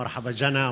מרחבא ג'אנה,